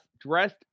dressed